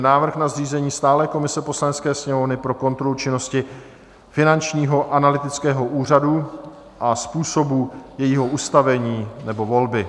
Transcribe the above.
Návrh na zřízení stálé komise Poslanecké sněmovny pro kontrolu činnosti Finančního analytického úřadu a způsobu jejího ustavení nebo volby